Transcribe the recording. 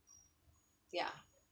ya